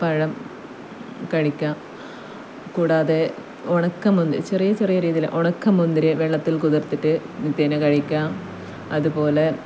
പഴം കഴിക്കാം കൂടാതെ ഉണക്കമുന്തിരി ചെറിയ ചെറിയ രീതിയിൽ ഉണക്കമുന്തിരി വെള്ളത്തിൽ കുതിർത്തിട്ട് നിത്യേന കഴിക്കാം അതുപോലെ